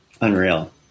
Unreal